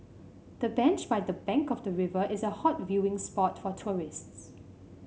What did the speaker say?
the bench by the bank of the river is a hot viewing spot for tourists